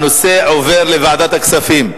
הנושא עובר לוועדת הכספים.